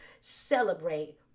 celebrate